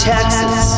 Texas